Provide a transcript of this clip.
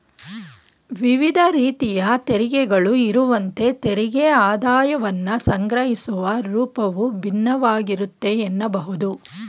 ವಿವಿಧ ರೀತಿಯ ತೆರಿಗೆಗಳು ಇರುವಂತೆ ತೆರಿಗೆ ಆದಾಯವನ್ನ ಸಂಗ್ರಹಿಸುವ ರೂಪವು ಭಿನ್ನವಾಗಿರುತ್ತೆ ಎನ್ನಬಹುದು